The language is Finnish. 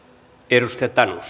arvoisa